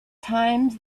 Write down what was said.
times